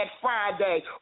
Friday